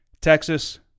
Texas